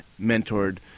mentored